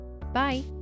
Bye